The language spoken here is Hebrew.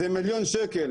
זה מיליון ₪,